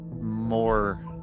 more